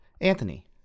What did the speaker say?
Anthony